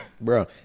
Bro